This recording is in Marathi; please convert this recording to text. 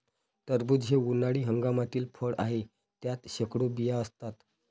टरबूज हे उन्हाळी हंगामातील फळ आहे, त्यात शेकडो बिया असतात